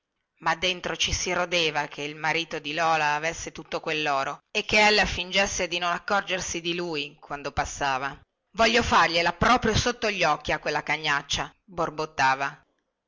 ma dentro ci si rodeva che il marito di lola avesse tutto quelloro e che ella fingesse di non accorgersi di lui quando passava voglio fargliela proprio sotto gli occhi a quella cagnaccia borbottava